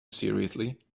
seriously